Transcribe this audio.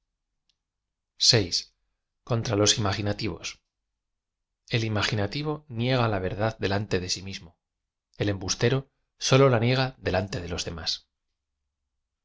lo imaginativos el im agioativo niega la verdad delante de si mis mo el embustero solo la niega delante de los demás